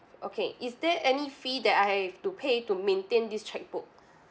okay is there any fee that I have to pay to maintain this chequebook